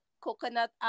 coconut